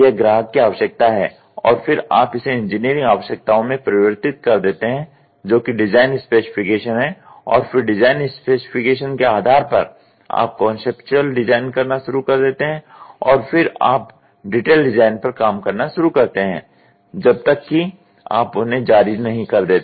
यह ग्राहक की आवश्यकता है और फिर आप इसे इंजीनियरिंग आवश्यकताओं में परिवर्तित कर देते हैं जो कि डिज़ाइन स्पेसिफिकेशन हैं और फिर डिज़ाइन स्पेसिफिकेशन के आधार पर आप कॉन्सेप्टुअल डिज़ाइन करना शुरू कर देते हैं और फिर आप डिटेल डिज़ाइन पर काम करना शुरू करते हैं जब तक की आप उन्हें जारी नहीं कर देते